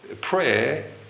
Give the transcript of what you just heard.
Prayer